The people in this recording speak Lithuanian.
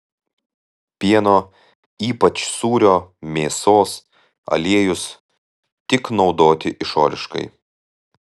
pieno ypač sūrio mėsos aliejus tik naudoti išoriškai